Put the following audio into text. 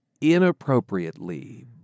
inappropriately